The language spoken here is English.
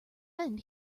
end